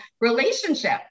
relationship